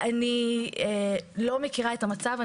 אני לא מכירה את המצב.